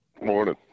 Morning